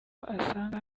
asanga